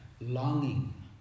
longing